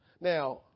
Now